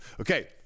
Okay